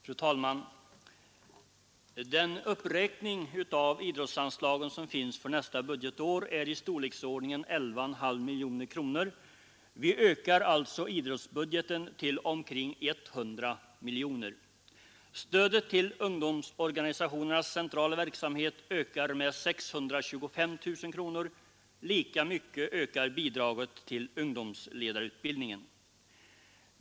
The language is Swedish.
Fru talman! Den uppräkning av idrottsanslaget som föreslås för nästa budgetår ligger i storleksordningen 11,5 miljoner. Det ökar alltså idrottsbudgeten till omkring 100 miljoner kronor. Stödet för ungdomsorganisationernas centrala verksamhet ökar med 625 000 kronor. Lika mycket ökar bidraget till ungdomsledarutbildningen.